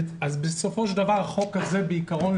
בסופו של דבר החוק הזה בעיקרון,